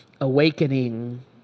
awakening